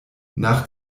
nach